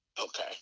Okay